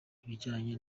ibijyanye